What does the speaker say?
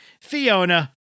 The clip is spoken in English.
Fiona